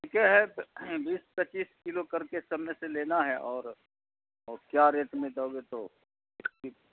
ٹھیکے ہے تو بیس پچیس کلو کر کے سب میں سے لینا ہے اور اور کیا ریٹ میں دوگے تو